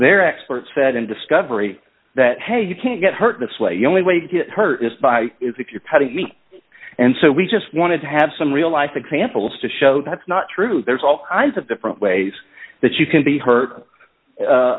their expert said in discovery that hey you can't get hurt this way you only way to get hurt by is if you're putting me and so we just wanted to have some real life examples to show that's not true there's all kinds of different ways that you can be hurt